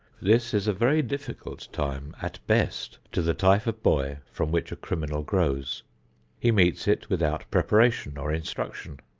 this is a very difficult time at best to the type of boy from which a criminal grows he meets it without preparation or instruction.